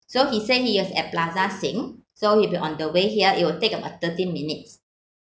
so he said he was at plaza sing so he'll be on the way here it will take about thirty minutes